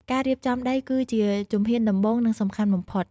ការរៀបចំដីគឺជាជំហានដំបូង និងសំខាន់បំផុត។